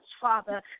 Father